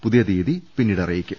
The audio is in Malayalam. പുതിയ തീയതി പിന്നീട് അറിയിക്കും